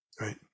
Right